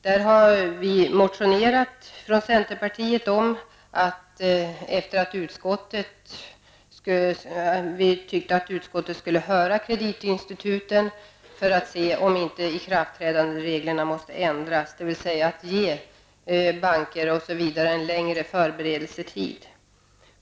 I detta sammanhang har vi från centerpartiet motionerat, eftersom vi ansåg att utskottet skulle höra kreditinstituten för att se om inte ikraftträdandet av reglerna måste ändras, dvs. att man ger banker osv. en längre förberedelsetid.